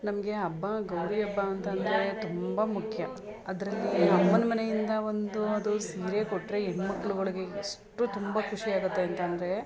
ನಮಗೆ ಹಬ್ಬ ಗೌರಿ ಹಬ್ಬ ಅಂತಂದರೆ ತುಂಬ ಮುಖ್ಯ ಅದರಲ್ಲಿ ಅಮ್ಮನ ಮನೆಯಿಂದ ಒಂದು ಅದು ಸೀರೆ ಕೊಟ್ಟರೆ ಹೆಣ್ಮಕ್ಳುಗಳ್ಗೆ ಎಷ್ಟು ತುಂಬ ಖುಷಿಯಾಗುತ್ತೆ ಅಂತಂದರೆ